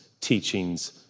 teachings